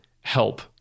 help